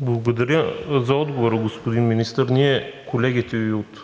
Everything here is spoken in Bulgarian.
Благодаря за отговора господин Министър. Ние, колегите Ви от